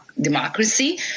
democracy